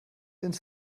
ins